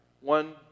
one